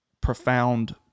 profound